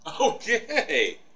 Okay